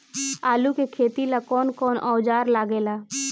आलू के खेती ला कौन कौन औजार लागे ला?